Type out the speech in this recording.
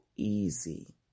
easy